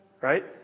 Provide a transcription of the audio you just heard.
right